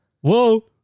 whoa